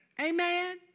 Amen